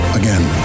again